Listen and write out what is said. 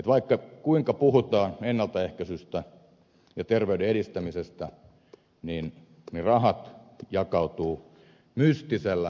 vaikka kuinka puhutaan ennaltaehkäisystä ja terveyden edistämisestä niin ne rahat jakautuvat mystisellä sairastavuuskertoimella